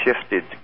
shifted